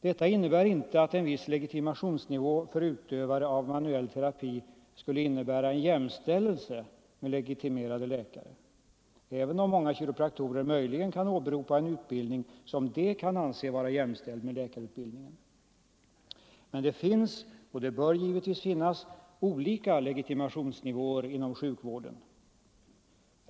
Detta innebär inte att en viss legitimationsnivå för utövare av manuell terapi skulle innebära en jämställdhet med legitimerade läkare — även om många kiropraktorer möjligen kan åberopa en utbildning som de själva kan anse vara jämställd med läkarutbildningen. Men det finns — och bör givetvis finnas — olika legitimationsnivåer inom sjukvården.